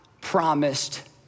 promised